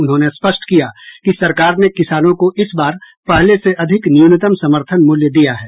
उन्होंने स्पष्ट किया कि सरकार ने किसानों को इस बार पहले से अधिक न्यूनतम समर्थन मूल्य दिया है